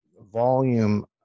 volume